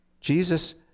Jesus